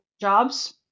jobs